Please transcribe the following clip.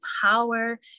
power